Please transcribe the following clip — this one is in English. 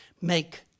make